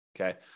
okay